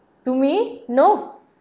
to me no